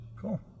Cool